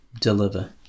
deliver